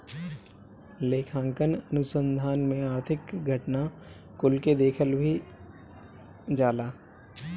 लेखांकन अनुसंधान में आर्थिक घटना कुल के भी देखल जाला